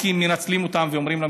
גם המעסיקים מנצלים אותם ואומרים להם: